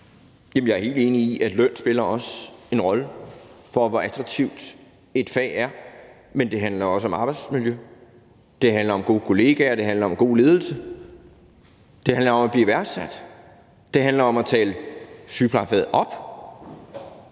Jeg er helt enig i, at løn også spiller en rolle for, hvor attraktivt et fag er, men det handler også om arbejdsmiljø, det handler om gode kollegaer, det handler om god ledelse, det handler om at blive værdsat, og det handler om at tale sygeplejefaget op.